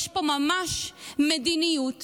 יש פה ממש מדיניות